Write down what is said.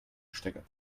stecker